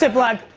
vlad,